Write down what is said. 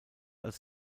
als